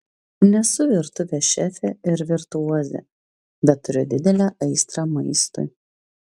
nesu virtuvės šefė ir virtuozė bet turiu didelę aistrą maistui